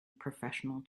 professional